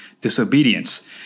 disobedience